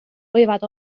võivad